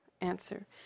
answer